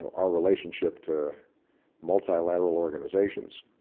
our relationship to multilateral organizations,